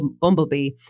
Bumblebee